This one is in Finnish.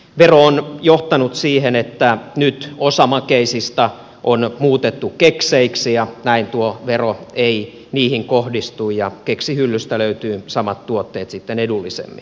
vero on johtanut siihen että nyt osa makeisista on muutettu kekseiksi ja näin tuo vero ei niihin kohdistu ja keksihyllystä löytyy samat tuotteet sitten edullisemmin